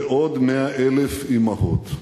ועוד 100,000 אמהות.